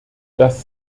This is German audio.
das